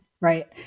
right